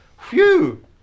phew